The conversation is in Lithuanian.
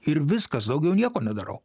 ir viskas daugiau nieko nedarau